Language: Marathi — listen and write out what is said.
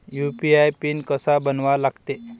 यू.पी.आय पिन कसा बनवा लागते?